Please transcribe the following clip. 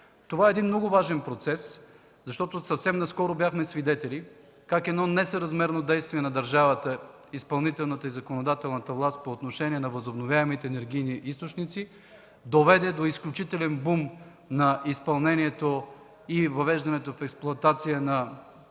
Това е много важен процес, защото съвсем наскоро бяхме свидетели как несъразмерно действие на държавата –изпълнителната и законодателната власт, по отношение на възобновяемите енергийни източници доведе до изключителен бум в изпълнението и въвеждането в експлоатация на